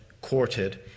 courted